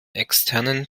externen